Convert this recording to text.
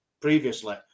previously